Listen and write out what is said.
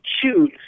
choose